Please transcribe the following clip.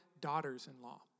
daughters-in-law